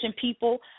people